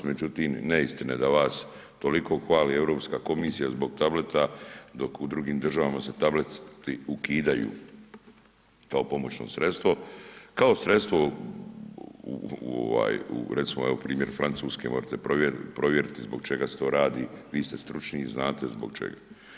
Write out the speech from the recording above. Međutim, neistina je da vas toliko hvali Europska komisija zbog tableta dok u drugim državama se tableti ukidaju kao pomoćno sredstvo, kao sredstvo recimo evo primjer Francuske možete provjeriti zbog čega se to radi, vi ste stručniji i znate zbog čega.